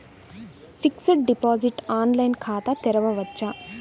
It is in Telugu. ఫిక్సడ్ డిపాజిట్ ఆన్లైన్ ఖాతా తెరువవచ్చా?